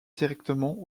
directement